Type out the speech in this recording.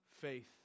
faith